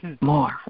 more